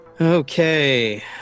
Okay